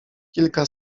kilka